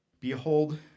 Behold